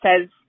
says